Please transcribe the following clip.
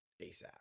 ASAP